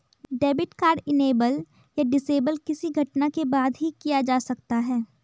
debit card enable या disable किसी घटना के बाद ही किया जा सकता है